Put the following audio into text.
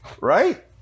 right